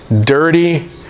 dirty